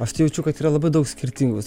aš tai jaučiu kad yra labai daug skirtingos